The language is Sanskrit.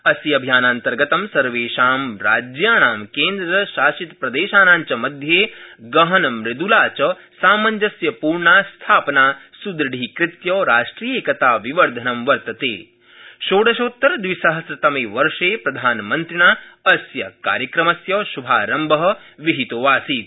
अस्य अभियानान्तर्गतं सर्वेषां राज्याणां क्विशासितप्रदर्शना च मध्यप्रिहनमुद्लाच सामंजस्यपूर्णा संस्थापना सुदृढीकृत्य राष्ट्रियैकता विवर्धन वर्तत शीडशोत्तरद्विसहस्रतम वर्ष प्रधानमन्त्रिण अस्य कार्यक्रमस्य शुभारम्भ विहितो आसीत